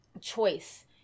choice